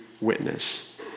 witness